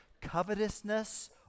covetousness